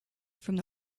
from